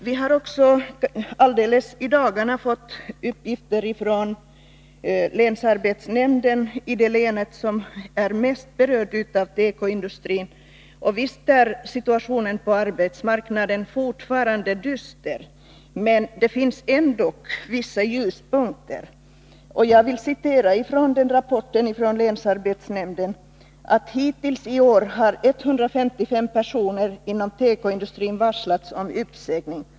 Vi har i dagarna fått uppgifter från länsarbetsnämnden i det län som är mest berört av tekoindustrins problem, och visst är situationen på arbetsmarknaden fortfarande dyster, men det finns ändå vissa ljuspunkter. Jag vill återge vad som sägs i den rapporten från länsarbetsnämnden, nämligen att hittills i år har 155 personer inom tekoindustrin varslats om uppsägning.